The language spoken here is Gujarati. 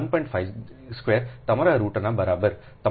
5 સ્ક્વેર તમારા રૂટની બરાબર તમારા 6